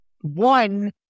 One